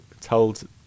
told